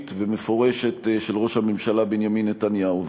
אישית ומפורשת של ראש הממשלה בנימין נתניהו.